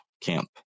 camp